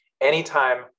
anytime